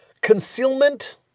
Concealment